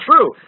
true